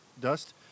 dust